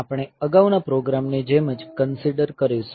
આપણે અગાઉના પ્રોગ્રામની જેમ જ કંસીડર કરીશું